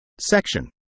Section